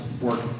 work